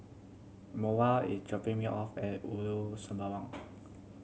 is dropping me off at Ulu Sembawang